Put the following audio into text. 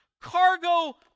cargo